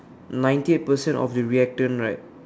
ninety eight percent of the reactant right